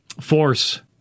force